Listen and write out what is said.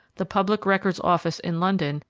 the public records office in london,